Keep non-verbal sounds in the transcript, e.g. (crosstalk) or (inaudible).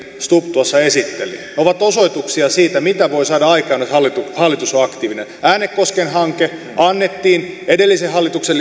stubb tuossa esitteli ovat osoituksia siitä mitä voi saada aikaan jos hallitus on aktiivinen äänekosken hanke annettiin edellisen hallituksen (unintelligible)